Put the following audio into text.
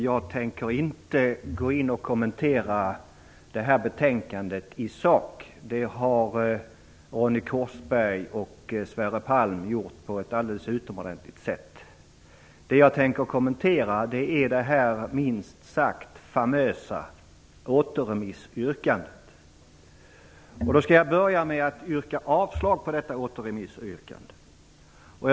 Fru talman! Jag tänker inte kommentera detta betänkande i sak. Det har Ronny Korsberg och Sverre Palm gjort på ett alldeles utomordentligt sätt. Jag tänker kommentera det minst sagt famösa återremissyrkandet. Jag skall börja med att yrka avslag på detta återremissyrkande.